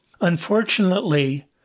Unfortunately